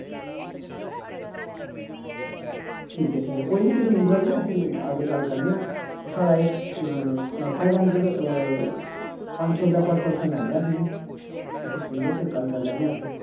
ठीक ऐ ठीक ऐ कोई निं कोई निं तुस मिलो आइयै फ्ही गल्ल करने आं ते साढ़ा एह् फाईव हंड्रैड पंज सौ रपेआ पर पर्सन लैन्ने अस इयां ते तुस मिलो फिर गल्ल करी लैन्ने आं अग्गें